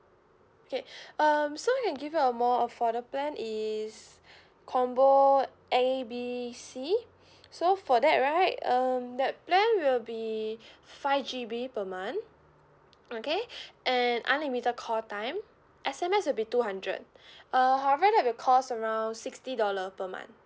okay um so we can give you a more affordable plan is combo A B C so for that right um that plan will be five G_B per month okay and unlimited call time S_M_S will be two hundred uh however that will cost around sixty dollar per month